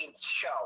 show